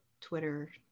Twitter